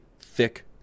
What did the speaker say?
thick